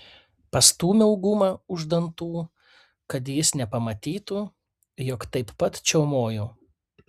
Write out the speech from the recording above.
pastūmiau gumą už dantų kad jis nepamatytų jog taip pat čiaumoju